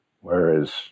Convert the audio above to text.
whereas